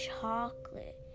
chocolate